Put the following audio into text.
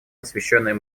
посвященную